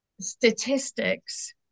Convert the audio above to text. statistics